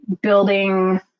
building